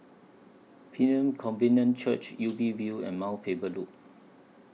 Pilgrim Covenant Church Ubi View and Mount Faber Loop